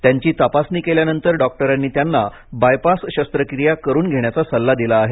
त्यांची तपासणी केल्यानंतर डॉक्टरांनी त्यांना बाय पास शस्त्रक्रिया करुन घेण्याचा सल्ला दिला आहे